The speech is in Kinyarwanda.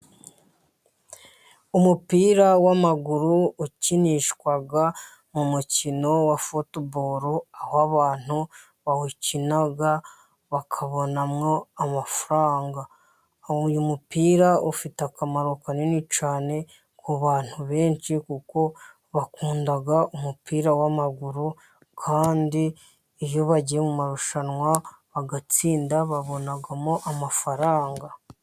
Umupira w'amaguru ukinishwa mu mukino wa futuboro, aho abantu bawukina bakabonamo amafaranga. Uyu umupira ufite akamaro kanini cyane kubantu benshi, kuko bakunda umupira wamaguru kandi iyo bagiye mu marushanwa bagatsinda, babonamo amafaranga.